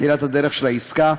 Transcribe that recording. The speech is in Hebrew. בתחילת הדרך של העסקה,